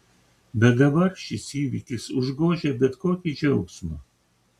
bet dabar šis įvykis užgožia bet kokį džiaugsmą